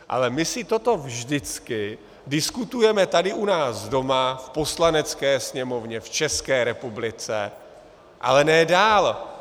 Ale my si toto vždycky diskutujeme tady u nás doma v Poslanecké sněmovně, v České republice, ale ne dál!